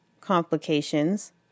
complications